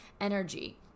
energy